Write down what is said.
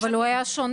אבל הוא היה שונה.